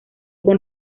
con